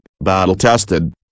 battle-tested